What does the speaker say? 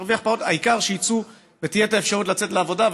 העיקר שיצאו ותהיה אפשרות לצאת לעבודה,